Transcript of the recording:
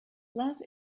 love